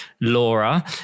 Laura